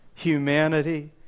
humanity